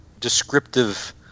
descriptive